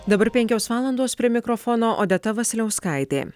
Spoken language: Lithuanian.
dabar penkios valandos prie mikrofono odeta vasiliauskaitė